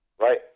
Right